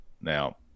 now